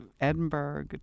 Edinburgh